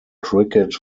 cricket